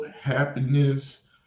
happiness